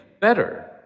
better